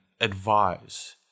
advise